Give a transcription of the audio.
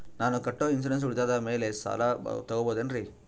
ನಾನು ಕಟ್ಟೊ ಇನ್ಸೂರೆನ್ಸ್ ಉಳಿತಾಯದ ಮೇಲೆ ಸಾಲ ತಗೋಬಹುದೇನ್ರಿ?